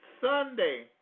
Sunday